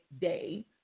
Day